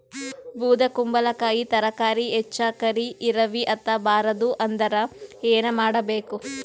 ಬೊದಕುಂಬಲಕಾಯಿ ತರಕಾರಿ ಹೆಚ್ಚ ಕರಿ ಇರವಿಹತ ಬಾರದು ಅಂದರ ಏನ ಮಾಡಬೇಕು?